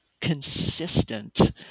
consistent